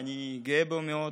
ואני גאה בו מאוד.